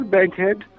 Bankhead